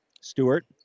Stewart